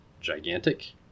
gigantic